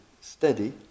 steady